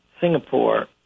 Singapore